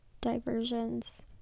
diversions